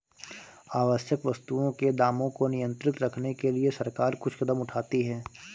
आवश्यक वस्तुओं के दामों को नियंत्रित रखने के लिए सरकार कुछ कदम उठाती है